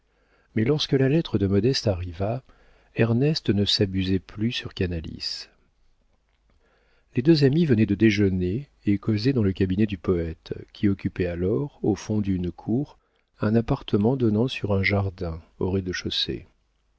mais lorsque la lettre de modeste arriva ernest ne s'abusait plus sur canalis les deux amis venaient de déjeuner et causaient dans le cabinet du poëte qui occupait alors au fond d'une cour un appartement donnant sur un jardin au rez-de-chaussée